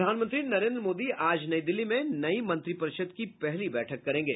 प्रधानमंत्री नरेन्द्र मोदी आज नई दिल्ली में नई मंत्रिपरिषद की पहली बैठक करेंगे